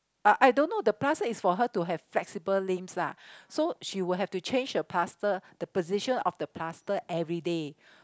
I I don't know the plaster is for her to have flexible limbs lah so she will have to change the plaster the position of the plaster everyday